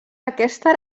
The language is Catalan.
aquesta